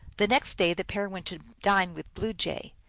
the next day the pair went to dine with blue jay.